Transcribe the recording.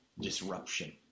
disruption